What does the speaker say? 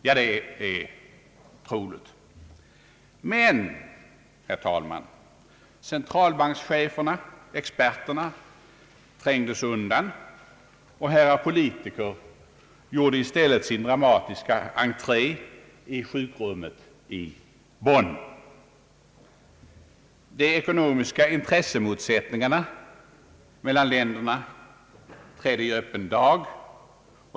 Ja, det är troligt, men, herr talman, centralbankscheferna-experterna trängdes undan och herrar politiker gjorde i stället sin dramatiska entré i sjukrummet i Bonn, De ekonomiska intressemotsättningarna mellan länderna trädde i öppen dag.